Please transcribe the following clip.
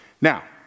Now